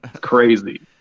Crazy